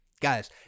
Guys